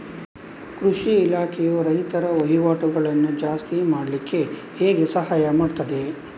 ಕೃಷಿ ಇಲಾಖೆಯು ರೈತರ ವಹಿವಾಟುಗಳನ್ನು ಜಾಸ್ತಿ ಮಾಡ್ಲಿಕ್ಕೆ ಹೇಗೆ ಸಹಾಯ ಮಾಡ್ತದೆ?